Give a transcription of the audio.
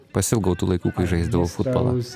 pasiilgau tų laikų kai žaisdavau futbolą